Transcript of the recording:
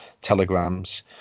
telegrams